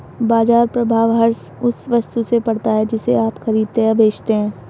बाज़ार प्रभाव हर उस वस्तु से पड़ता है जिसे आप खरीदते या बेचते हैं